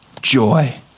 Joy